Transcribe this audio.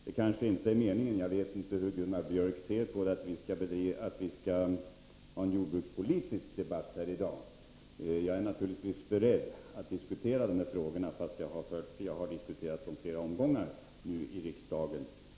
Det kanske inte är meningen att vi skall ha en jordbrukspolitisk debatt här i dag — jag vet inte hur Gunnar Björk ser på den saken. Jag är naturligtvis beredd att diskutera jordbruksfrågorna, trots att jag har diskuterat dem i flera omgångar i riksdagen.